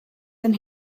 and